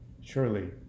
Surely